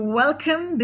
welcome